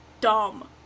dumb